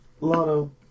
Lotto